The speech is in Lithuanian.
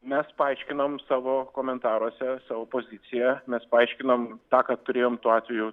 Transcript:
mes paaiškinom savo komentaruose savo poziciją mes paaiškinom tą ką turėjom tuo atveju